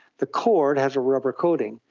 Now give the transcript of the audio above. the cord has a rubber coating,